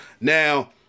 Now